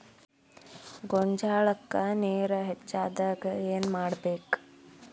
ಗೊಂಜಾಳಕ್ಕ ನೇರ ಹೆಚ್ಚಾದಾಗ ಏನ್ ಮಾಡಬೇಕ್?